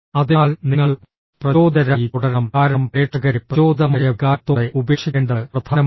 അതിനാൽ നിങ്ങൾ പ്രചോദിതരായി തുടരണം കാരണം പ്രേക്ഷകരെ പ്രചോദിതമായ വികാരത്തോടെ ഉപേക്ഷിക്കേണ്ടത് പ്രധാനമാണ്